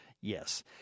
Yes